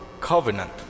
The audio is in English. covenant